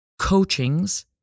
coachings